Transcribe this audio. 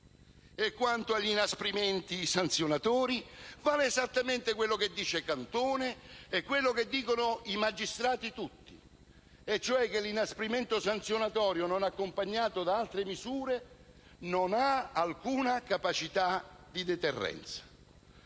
Quanto agli inasprimenti sanzionatori, vale quanto dice Cantone e quello che dicono tutti i magistrati, cioè che l'inasprimento sanzionatorio non accompagnato da altre misure non ha alcuna capacità di deterrenza.